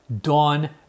Dawn